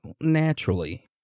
Naturally